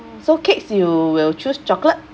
so cakes you will choose chocolate